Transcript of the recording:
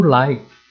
life